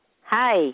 Hi